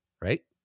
right